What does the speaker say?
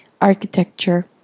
architecture